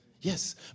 Yes